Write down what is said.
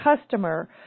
customer